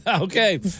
okay